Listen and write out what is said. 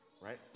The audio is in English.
right